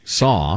saw